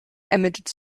emmett